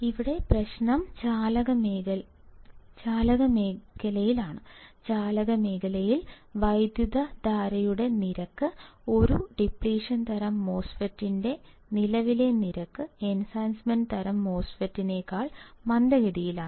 ഇവിടെ പ്രശ്നം ചാലക മേഖലയിലാണ് ചാലക മേഖലയിൽ വൈദ്യുതധാരയുടെ നിരക്ക് ഒരു ഡിപ്ലിഷൻ തരം MOSFET ന്റെ നിലവിലെ നിരക്ക് എൻഹാൻസ്മെൻറ് തരം MOSFET നേക്കാൾ മന്ദഗതിയിലാണ്